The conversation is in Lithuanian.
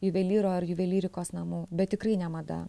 juvelyro ar juvelyrikos namų bet tikrai ne mada